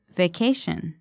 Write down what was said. vacation